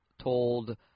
told